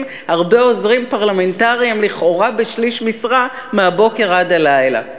הרבה עוזרים פרלמנטריים לכאורה בשליש משרה מהבוקר עד הלילה.